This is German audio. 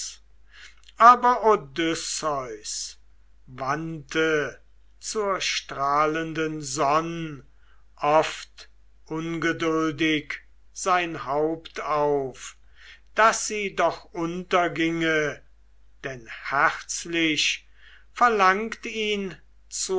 aber odysseus wandte zur strahlenden sonn oft ungeduldig sein haupt auf daß sie doch unterginge denn herzlich verlangt ihn